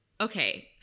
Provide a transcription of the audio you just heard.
okay